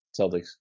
Celtics